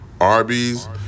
Arby's